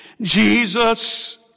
Jesus